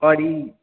पर ई